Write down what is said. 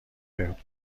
بهبود